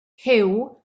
huw